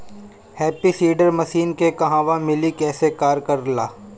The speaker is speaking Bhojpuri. हैप्पी सीडर मसीन के कहवा मिली कैसे कार कर ला?